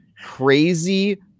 crazy